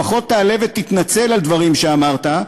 לפחות תעלה ותתנצל על דברים שאמרת.